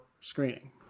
screening